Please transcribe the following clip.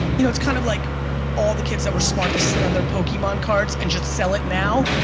you know it's kind of like all the kids that were smart to sit on their pokemon cards and just sell it now.